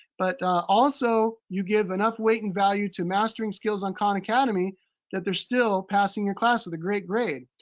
but also, you give enough weight and value to mastering skills on khan academy that they're still passing your class with a great grade.